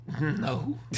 No